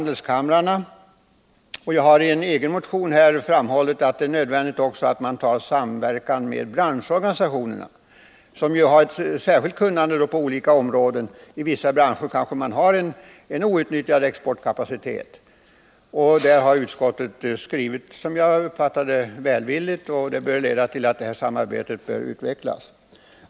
I det sammanhanget vill jag nämna att jag i min motion framhållit att det är nödvändigt att en samverkan sker också med branschorganisationerna, som ju har ett särskilt kunnande på olika områden, och inom vissa branscher har man en outnyttjad exportkapacitet. Utskottet har som jag uppfattat det skrivit välvilligt om detta, och det bör leda till att ett sådant samarbete utvecklas.